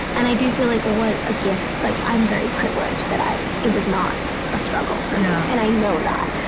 and i do feel like what a gift like. i'm very privileged that i it was not a struggle for me. and i know that.